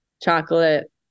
Chocolate